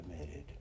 committed